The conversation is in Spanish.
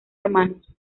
hermanos